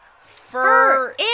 Fur